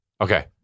Okay